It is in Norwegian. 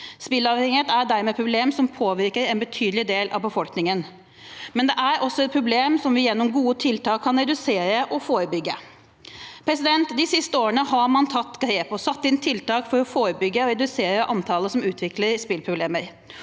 Spilleavhengighet er dermed et problem som påvirker en betydelig del av befolkningen, men det er også et problem som vi gjennom gode tiltak kan redusere og forebygge. De siste årene har man tatt grep og satt inn tiltak for å forebygge og redusere antallet som utvikler spilleproblemer.